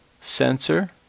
sensor